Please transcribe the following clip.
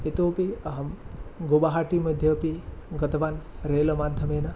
इतोऽपि अहं गुवाहाटि मध्ये अपि गतवान् रेलमाध्यमेन